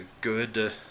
good